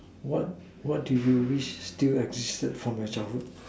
what what do you wish still existed from your childhood